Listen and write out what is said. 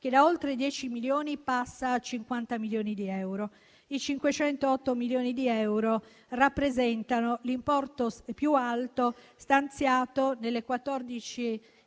che da oltre 10 milioni passa a 50 milioni di euro. I 508 milioni di euro rappresentano l'importo più alto stanziato nelle quattordici